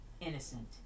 innocent